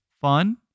fun